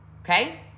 Okay